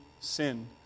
sin